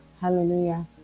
Hallelujah